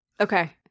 Okay